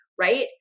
Right